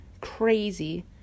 crazy